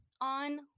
on